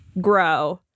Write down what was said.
grow